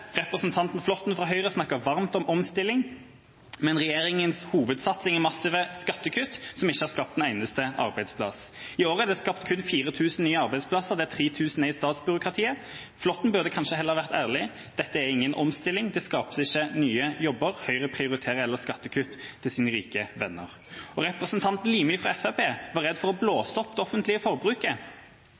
Representanten Flåtten fra Høyre snakket varmt om omstilling. Men regjeringas hovedsatsing er massive skattekutt som ikke har skapt en eneste arbeidsplass. I år er det skapt kun 4 000 nye arbeidsplasser, der 3 000 er i statsbyråkratiet. Flåtten burde kanskje heller vært ærlig – dette er ingen omstilling, det skapes ikke nye jobber, og Høyre prioriterer heller skattekutt til sine rike venner. Representanten Limi fra Fremskrittspartiet var redd for å blåse opp det offentlige forbruket.